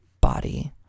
body